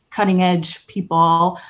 cutting ed people.